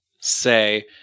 say